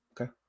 okay